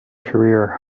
career